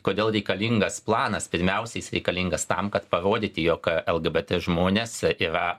kodėl reikalingas planas pirmiausia jis reikalingas tam kad parodyti jog lgbt žmonės yra